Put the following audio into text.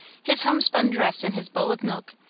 his homespun dress and his bowl of milk,